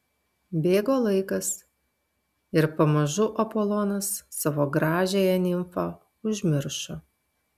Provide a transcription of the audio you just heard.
bėgo laikas ir pamažu apolonas savo gražiąją nimfą užmiršo